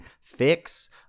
Fix